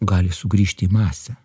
gali sugrįžti į masę